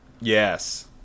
yes